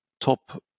top